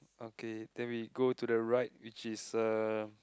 okay then we go to the right which is uh